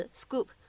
,scoop